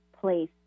place